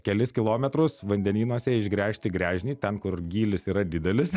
kelis kilometrus vandenynuose išgręžti gręžinį ten kur gylis yra didelis